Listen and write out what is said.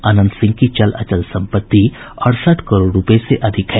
अनंत सिंह की चल अचल संपत्ति अड़सठ करोड़ रूपये से अधिक है